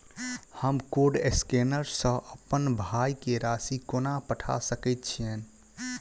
हम code scanner सँ अप्पन भाय केँ राशि कोना पठा सकैत छियैन?